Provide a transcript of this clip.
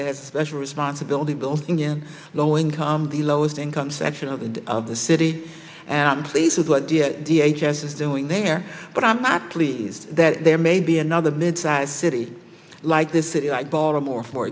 a special responsibility building in low income the lowest income section of the of the city and i'm pleased with what the h s is doing there but i'm not pleased that there may be another mid size city like this city like baltimore for